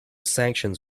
sanctions